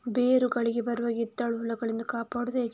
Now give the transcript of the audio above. ಬೇರುಗಳಿಗೆ ಬರುವ ಗೆದ್ದಲು ಹುಳಗಳಿಂದ ಕಾಪಾಡುವುದು ಹೇಗೆ?